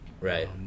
Right